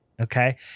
okay